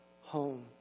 home